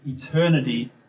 eternity